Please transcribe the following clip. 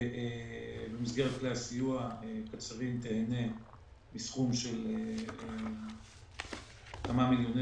שבמסגרת כלי הסיוע קצרין תיהנה מסכום של כמה מיליוני